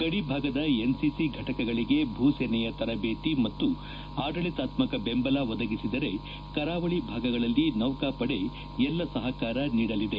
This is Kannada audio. ಗಡಿ ಭಾಗದ ಎನ್ಸಿಸಿ ಘಟಕಗಳಿಗೆ ಭೂಸೇನೆಯ ತರಬೇತಿ ಮತ್ತು ಆಡಳಿತಾತ್ಮಕ ಬೆಂಬಲ ಒದಗಿಸಿದರೆ ಕರಾವಳಿ ಭಾಗಗಳಲ್ಲಿ ನೌಕಾಪಡೆ ಎಲ್ಲಾ ಸಹಕಾರ ನೀಡಲಿದೆ